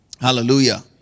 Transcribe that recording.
Hallelujah